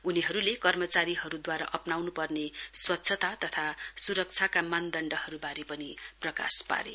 उनीहरूले कर्मचारीहरूद्वारा आप्राउनुपर्ने स्वच्छता तथा सुरक्षाका मानदण्डबारे पनि प्रकाश पारे